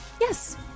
Yes